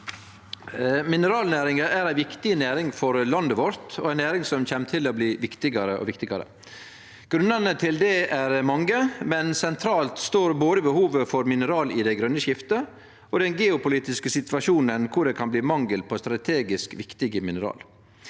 Mineralnæringa er ei viktig næring for landet vårt og ei næring som kjem til å bli viktigare og viktigare. Grunnane til det er mange, men sentralt står både behovet for mineral i det grøne skiftet og den geopolitiske situasjonen, der det kan bli mangel på strategisk viktige mineral.